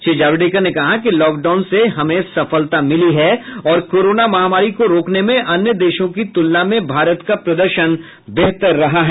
श्री जावडेकर ने कहा कि लॉकडाउन से हमें सफलता मिली है और कोरोना महामारी को रोकने में अन्य देशों की तुलना में भारत का प्रदर्शन बेहतर रहा है